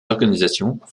organisations